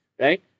right